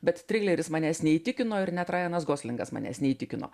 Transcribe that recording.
bet trileris manęs neįtikino ir net ryanas goslingas manęs neįtikino